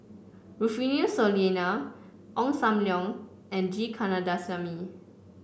Rufino Soliano Ong Sam Leong and G Kandasamy